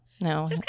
no